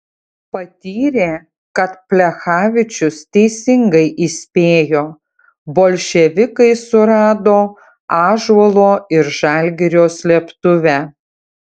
patyrė kad plechavičius teisingai įspėjo bolševikai surado ąžuolo ir žalgirio slėptuvę